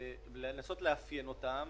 לנסות לאפיין את הדברים,